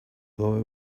boy